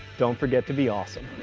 don't forget to be awesome.